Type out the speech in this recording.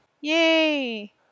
Yay